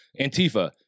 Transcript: Antifa